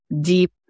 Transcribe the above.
deep